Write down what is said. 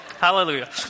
hallelujah